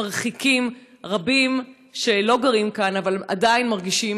מרחיקים רבים שלא גרים כאן אבל עדיין מרגישים